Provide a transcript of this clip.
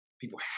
people